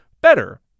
better